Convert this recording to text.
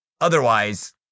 otherwise